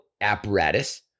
apparatus